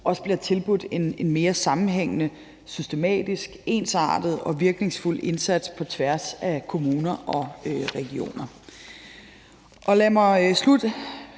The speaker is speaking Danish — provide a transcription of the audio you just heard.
også bliver tilbudt en mere sammenhængende, systematisk, ensartet og virkningsfuld indsats på tværs af kommuner og regioner. Lad mig slutte,